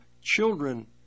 children